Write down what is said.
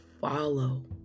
follow